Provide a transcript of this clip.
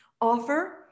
offer